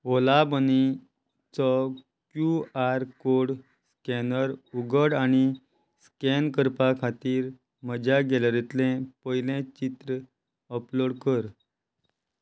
ओला मनीचो Q R code scanner उगड आनी स्कॅन करपा खातीर म्हज्या गॅलरींतलें पयलें चित्र अपलोड कर